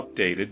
updated